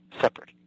separate